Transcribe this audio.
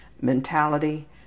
Mentality